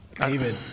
David